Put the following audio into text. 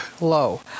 low